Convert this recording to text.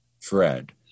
Fred